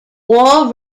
all